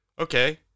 Okay